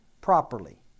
properly